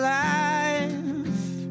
life